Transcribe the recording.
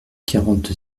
quarante